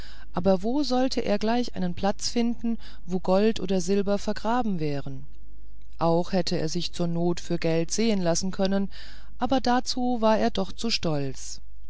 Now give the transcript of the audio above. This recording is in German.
aber wo sollte er gleich einen platz finden wo gold oder silber vergraben wäre auch hätte er sich zur not für geld sehen lassen können aber dazu war er doch zu stolz